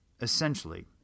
essentially